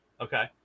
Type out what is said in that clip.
okay